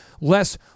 less